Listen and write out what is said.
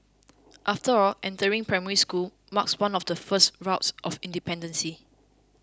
after all entering Primary School marks one of the first rites of independence